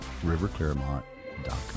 riverclaremont.com